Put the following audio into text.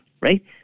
right